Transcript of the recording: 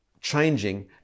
changing